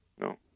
no